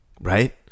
right